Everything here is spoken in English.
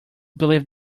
believe